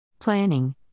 Planning